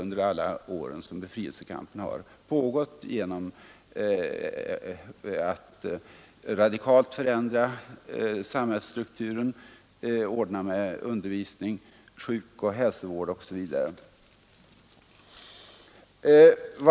Under alla år som befrielsekampen pågått har de radikalt kunnat förändra samhällsstrukturen och ordna med undervisning, sjukoch hälsovård osv.